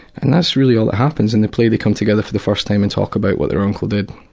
and that's really all that happens in the play. they come together for the first time and talk about what their uncle did.